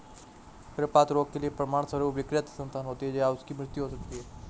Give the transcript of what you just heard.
गर्भपात रोग के परिणामस्वरूप विकृत संतान होती है या उनकी मृत्यु हो सकती है